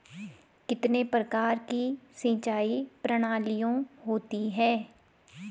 कितने प्रकार की सिंचाई प्रणालियों होती हैं?